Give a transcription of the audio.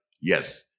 Yes